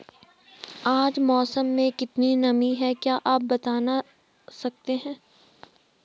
आज मौसम में कितनी नमी है क्या आप बताना सकते हैं?